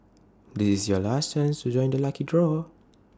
this is your last chance to join the lucky draw